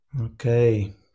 Okay